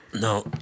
No